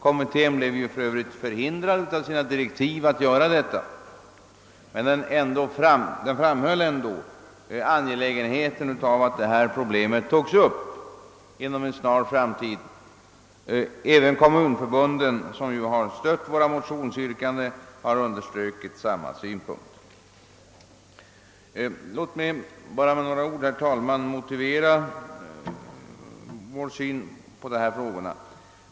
Kommittén var för övrigt förhindrad av sina direktiv att göra detta. Den framhöll ändock angelägenheten av att det problemet togs upp inom en snar framtid. även kommunförbunden, som ju har stött våra motionsyrkanden, har = understrukit samma synpunkt. Låt mig bara med några ord, herr talman, motivera vår syn på dessa frågor.